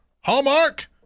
Hallmark